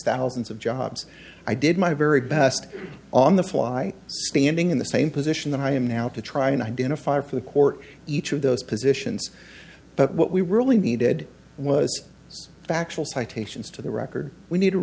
thousands of jobs i did my very best on the fly standing in the same position that i am now to try and identify for the court each of those positions but what we really needed was factual citations to the record we need a